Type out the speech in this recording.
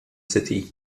city